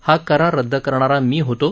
हा करार रद्द करणारा मी होतो